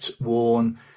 worn